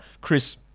Chris